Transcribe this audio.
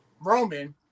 Roman